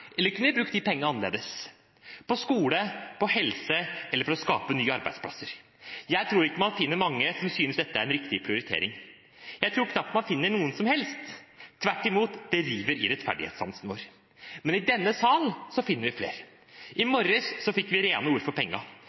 Eller kunne vi brukt de pengene annerledes, på skole, på helse eller for å skape nye arbeidsplasser? Jeg tror ikke man finner mange som synes dette er en riktig prioritering. Jeg tror knapt man finner noen som helst. Tvert imot river det i rettferdighetssansen vår. Men i denne sal finner vi flere. I morges fikk vi rene ord for